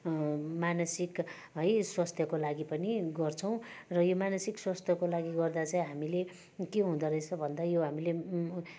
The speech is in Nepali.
मानसिक है स्वास्थ्यको लागि पनि गर्छौँ र यो मानसिक स्वास्थ्यको लागि गर्दा चाहिँ हामीले के हुँदारहेछ भन्दा यो हामीले